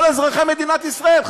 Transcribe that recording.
וכל אזרחי מדינת ישראל?